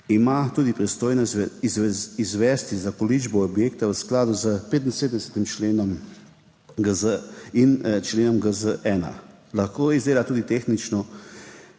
ima tudi pristojnost izvesti zakoličbo objekta v skladu s 75. členom GZ-1, lahko izdela tudi tehnično